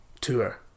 tour